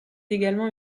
également